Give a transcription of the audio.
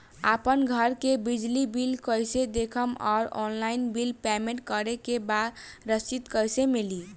आपन घर के बिजली बिल कईसे देखम् और ऑनलाइन बिल पेमेंट करे के बाद रसीद कईसे मिली?